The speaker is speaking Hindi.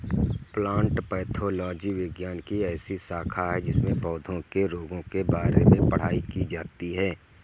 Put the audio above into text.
प्लांट पैथोलॉजी विज्ञान की ऐसी शाखा है जिसमें पौधों के रोगों के बारे में पढ़ाई की जाती है